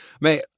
man